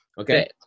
Okay